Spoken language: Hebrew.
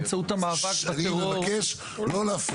הצבעה בעד, 3 נגד, 6 נמנעים - אין לא אושר.